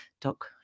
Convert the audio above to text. doc